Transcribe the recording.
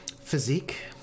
Physique